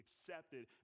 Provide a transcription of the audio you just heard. accepted